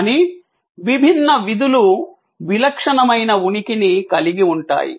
కానీ విభిన్న విధులు విలక్షణమైన ఉనికిని కలిగి ఉంటాయి